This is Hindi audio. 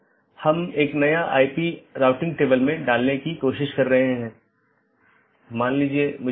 इसलिए यह महत्वपूर्ण है और मुश्किल है क्योंकि प्रत्येक AS के पास पथ मूल्यांकन के अपने स्वयं के मानदंड हैं